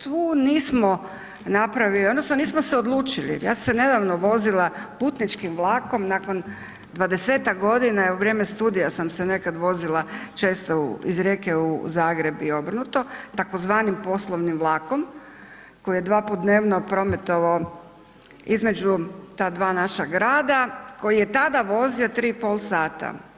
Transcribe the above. Tu nismo napravili odnosno nismo se odlučili, ja sam se nedavno vozila putničkim vlakom nakon dvadesetak godina jel u vrijeme studija sam se nekad vozila često iz Rijeke u Zagreb i obrnuto tzv. poslovnim vlakom koji je dva puta dnevno prometovao između ta dva naša grada koji je tada vozio 3,5 sata.